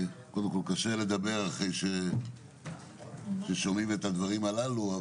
קשה לדבר אחרי ששומעים את הדברים הללו.